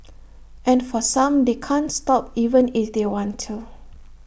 and for some they can't stop even if they want to